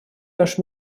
наш